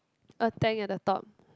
a tank at the top